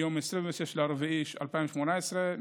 מיום 26 באפריל 2018,